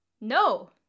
No